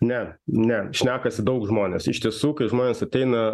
ne ne šnekasi daug žmonės iš tiesų kai žmonės ateina